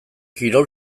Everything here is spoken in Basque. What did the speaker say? kirol